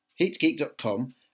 Heatgeek.com